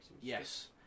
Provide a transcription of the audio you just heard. Yes